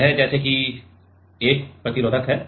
यह जैसे कि एक प्रतिरोधक है